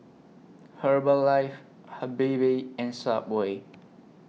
Herbalife Habibie and Subway